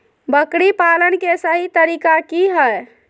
बकरी पालन के सही तरीका की हय?